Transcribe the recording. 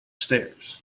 stairs